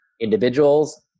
individuals